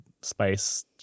space